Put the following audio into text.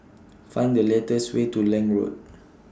Find The latest Way to Lange Road